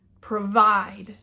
provide